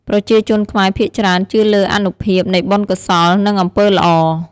ប្រជាជនខ្មែរភាគច្រើនជឿលើអានុភាពនៃបុណ្យកុសល និងអំពើល្អ។